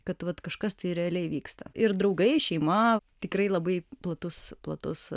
kad vat kažkas tai realiai vyksta ir draugai šeima tikrai labai platus platus